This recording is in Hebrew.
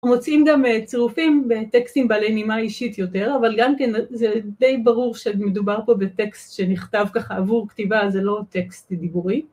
מוצאים גם צירופים בטקסטים בעלי נימה אישית יותר אבל גם כן זה די ברור שמדובר פה בטקסט שנכתב ככה עבור כתיבה זה לא טקסט דיבורי